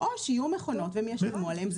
או שיהיו מכונות והם ישלמו עליהן.